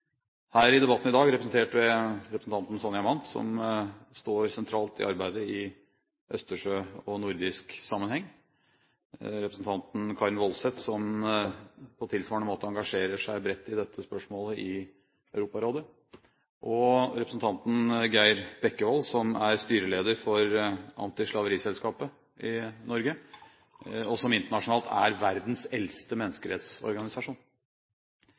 her i debatten i dag representert ved representanten Sonja Mandt som står sentralt i østersjøsamarbeidet og i arbeidet i nordisk sammenheng, representanten Karin S. Woldseth som på tilsvarende måte engasjerer seg bredt i dette spørsmålet i Europarådet, og representanten Geir Jørgen Bekkevold som er styreleder for Antislaveriselskapet i Norge, som internasjonalt er verdens eldste menneskerettsorganisasjon.